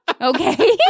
Okay